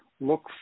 look